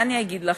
מה אגיד לכם?